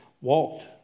walked